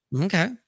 Okay